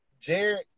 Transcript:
Jared